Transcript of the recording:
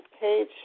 page